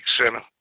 Center